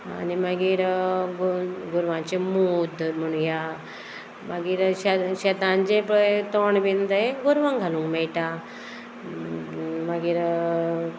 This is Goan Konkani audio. आनी मागीर गोरवांचे मूत म्हणया मागीर शेत शेतांचे पळय तोण बीन जाय गोरवां घालूंक मेळटा मागीर